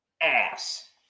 Ass